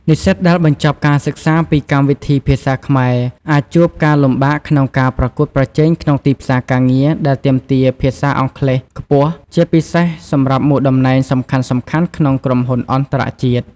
និស្សិតដែលបញ្ចប់ការសិក្សាពីកម្មវិធីភាសាខ្មែរអាចជួបការលំបាកក្នុងការប្រកួតប្រជែងក្នុងទីផ្សារការងារដែលទាមទារភាសាអង់គ្លេសខ្ពស់ ជាពិសេសសម្រាប់មុខតំណែងសំខាន់ៗក្នុងក្រុមហ៊ុនអន្តរជាតិ។